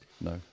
no